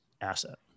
asset